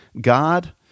God